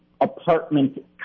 apartment